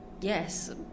Yes